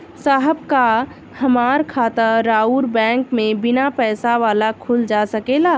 साहब का हमार खाता राऊर बैंक में बीना पैसा वाला खुल जा सकेला?